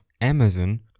Amazon